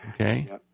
Okay